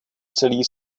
celý